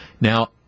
now